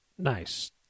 Nice